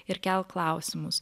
ir kelt klausimus